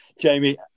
Jamie